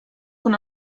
con